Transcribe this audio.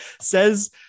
Says